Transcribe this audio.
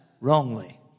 wrongly